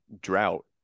drought